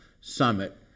summit